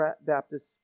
Baptist